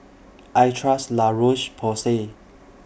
I Trust La Roche Porsay